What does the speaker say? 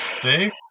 Dave